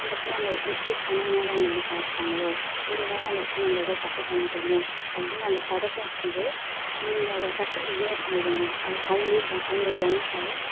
அந்த இடத்துல நம்ம மிஸ்டேக் பண்ணதுனால் அவங்க அப்படி பார்த்துட்டாங்களோ ஒரு வேளை அந்த இடத்துல நம்ம எதாவது தப்பு பண்ணிட்டோமோ அப்படினு அந்த பதட்டம் இருக்கும் போது நீங்கள் அதை டக்குனு இக்னோர் பண்ணிடுங்க அதை அவங்களே க அவங்கள கவனிக்காத